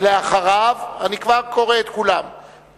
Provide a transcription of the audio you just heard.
ואחריו, אני כבר קורא את כולם,